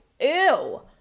Ew